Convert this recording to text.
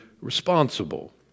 responsible